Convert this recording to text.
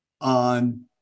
on